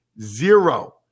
Zero